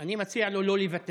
אני מציע לו לא לוותר